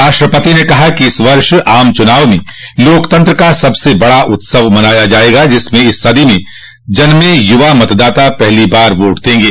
राष्ट्रपति ने कहा कि इस वर्ष आम चुनाव में लोकतंत्र का सबसे बड़ा उत्सव मनाया जाएगा जिसमें इस सदी में जन्मे युवा मतदाता पहली बार वोट देंगे